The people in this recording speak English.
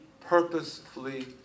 purposefully